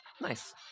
Nice